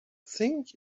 think